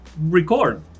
record